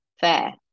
Fair